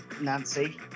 Nancy